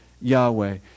Yahweh